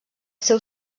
seu